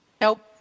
Nope